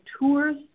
tours